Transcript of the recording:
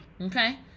Okay